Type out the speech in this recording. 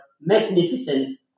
magnificent